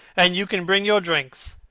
and you can bring your drinks.